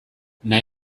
nahi